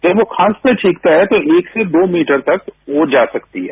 जब हम खांसते छिकते हैं तो एक से दो मीटर तक वो जा सकती है